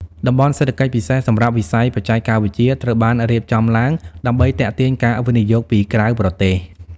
តំបន់សេដ្ឋកិច្ចពិសេសសម្រាប់វិស័យបច្ចេកវិទ្យាត្រូវបានរៀបចំឡើងដើម្បីទាក់ទាញការវិនិយោគពីក្រៅប្រទេស។